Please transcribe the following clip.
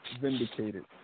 vindicated